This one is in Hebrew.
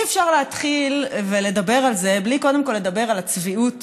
אי-אפשר להתחיל ולדבר על זה בלי קודם כול לדבר על הצביעות